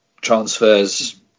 transfers